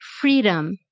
freedom